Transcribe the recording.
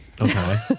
Okay